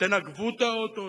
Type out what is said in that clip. תנגבו את האוטו,